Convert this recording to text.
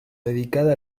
dedicada